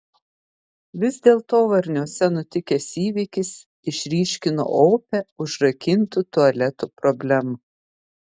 vis dėlto varniuose nutikęs įvykis išryškino opią užrakintų tualetų problemą